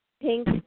pink